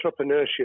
entrepreneurship